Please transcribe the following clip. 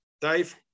Dave